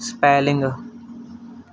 spelling